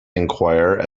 enquire